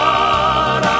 God